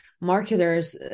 marketers